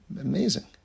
Amazing